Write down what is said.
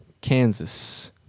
Kansas